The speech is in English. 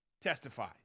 testify